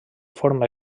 forma